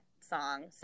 song